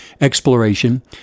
exploration